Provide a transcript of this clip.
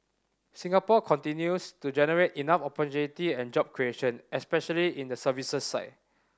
Singapore continues to generate enough opportunity and job creation especially in the services side